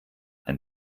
ein